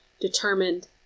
determined